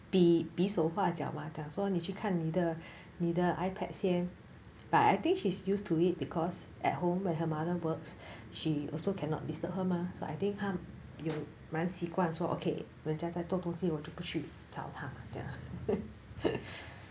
比比手画脚吗讲说你去看你的你的 ipad 先 but I think she's used to it because at home when her mother works she also cannot disturb her mah so I think 他有蛮习惯 so okay 人家在做东西我就不去找他这样